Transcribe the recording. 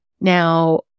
Now